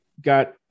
got